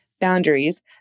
boundaries